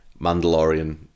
Mandalorian